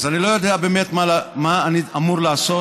אז אני לא יודע באמת מה אני אמור לעשות